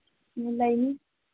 ꯎꯝ ꯂꯩꯅꯤ